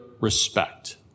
respect